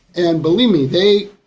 and believe me, hey,